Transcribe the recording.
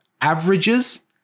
averages